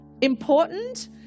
important